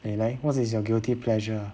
eh 来 what is your guilty pleasure